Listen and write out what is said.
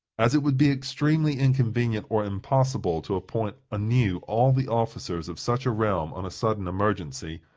as it would be extremely inconvenient or impossible to appoint anew all the officers of such a realm on a sudden emergency,